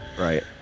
Right